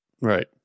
Right